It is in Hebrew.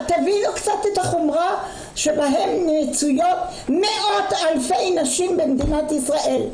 תבינו קצת את החומרה שבהם מצויות מאות אלפי נשים במדינת ישראל,